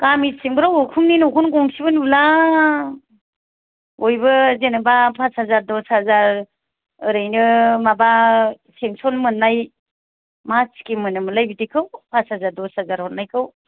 गामि सिंफ्राव उखुमनि न'खौबो गंसेबो नुला बयबो जेनेबा पास हाजार दस हाजार औरैनो माबा पेनसन मोन्नाय मा स्किम होनोमोनलाय बिदिखौ पास हाजार दस हाजार हरनायखौ